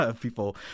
People